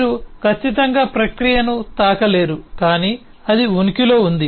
మీరు ఖచ్చితంగా ప్రక్రియను తాకలేరు కానీ అది ఉనికిలో ఉంది